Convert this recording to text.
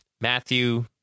Matthew